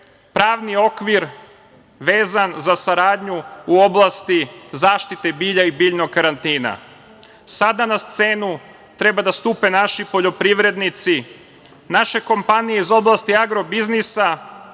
pravni okvir vezan za saradnju u oblasti zaštite bilja i biljnog karantina. Sada na scenu treba da stupe naši poljoprivrednici, naše kompanije iz oblasti agrobiznisa